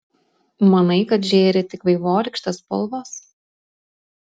manai kad žėri tik vaivorykštės spalvos